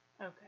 Okay